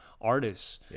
artists